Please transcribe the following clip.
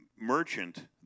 merchant